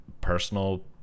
personal